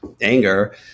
anger